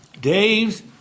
Dave's